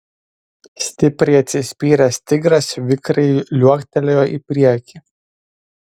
stipriai atsispyręs tigras vikriai liuoktelėjo į priekį